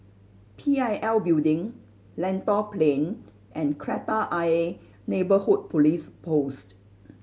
P I L Building Lentor Plain and Kreta Ayer Neighbourhood Police Post